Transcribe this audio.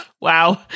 Wow